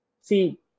see